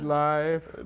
life